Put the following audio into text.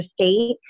State